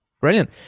Brilliant